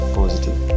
positive